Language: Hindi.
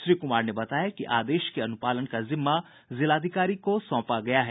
श्री कुमार ने बताया कि आदेश के अनुपालन का जिम्मा जिलाधिकारी को सौंपा गया है